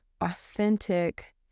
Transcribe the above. authentic